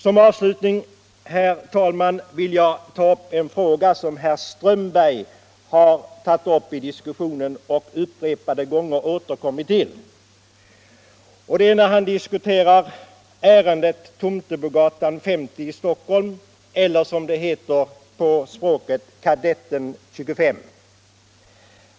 Som avslutning, herr talman, vill jag beröra en fråga som herr Strömberg i Botkyrka tagit upp i diskussionen och upprepade gånger återkommit till, nämligen om kommunens förköp av Tomtebogatan 50 i Stockholm eller, som fastigheten betecknas, Kadetten 25.